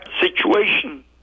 situation